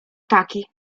taki